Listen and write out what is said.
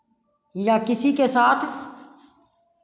या किसी के साथ